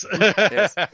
Yes